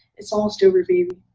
it's almost over, baby.